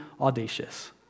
audacious